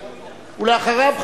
ואחריו,